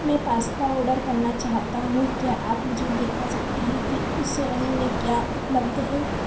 मैं pasta order करना चाहता हूँ क्या आप मुझे दिखा सकते हैं कि उस श्रेणी में क्या उपलब्ध है